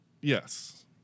Yes